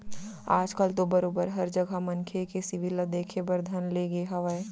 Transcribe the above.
आज कल तो बरोबर हर जघा मनखे के सिविल ल देखे बर धर ले गे हावय